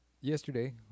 yesterday